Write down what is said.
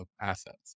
assets